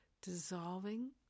Dissolving